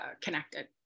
connected